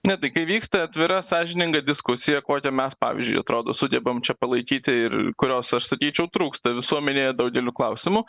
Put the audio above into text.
ne tai kai vyksta atvira sąžininga diskusija kokią mes pavyzdžiui atrodo sugebam čia palaikyti ir kurios aš sakyčiau trūksta visuomenėje daugeliu klausimų